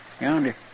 Yonder